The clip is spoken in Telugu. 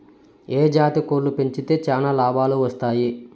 ఏ జాతి కోళ్లు పెంచితే చానా లాభాలు వస్తాయి?